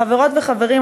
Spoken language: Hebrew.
חברות וחברים,